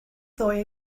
ddoe